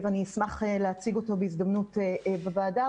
אני אשמח להציג אותו בהזדמנות בוועדה,